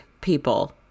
people